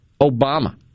Obama